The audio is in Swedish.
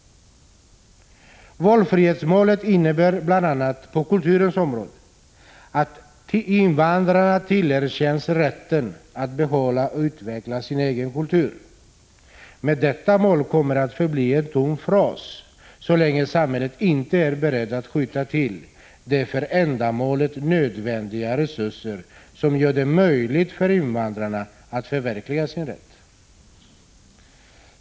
Valfrihetsmålet innebär på bl.a. kulturens område att invandrarna tillerkänns rätten att behålla och utveckla sin egen kultur. Men detta mål kommer att förbli en tom fras så länge samhället inte är berett att skjuta till de för ändamålet nödvändiga resurser som gör det möjligt för invandrarna att förverkliga sin rätt.